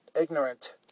ignorant